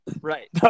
Right